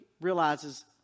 realizes